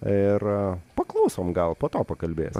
ir paklausom gal po to pakalbės